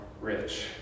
rich